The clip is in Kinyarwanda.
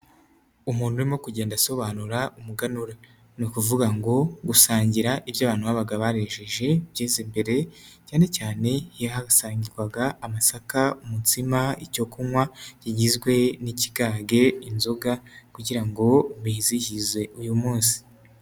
Umuntu urimo kugenda asobanura umuganura, ni ukuvuga ngo gusangira ibyo abantu babaga barejeje ibyeze imbere cyane cyane iyo hasangirwaga amasaka ,umutsima ,icyo kunywa kigizwe n'ikigage, inzoga, kugira ngo bizihizwe uyu munsi.